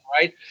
Right